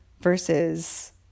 versus